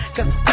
Cause